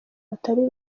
batari